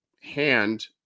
hand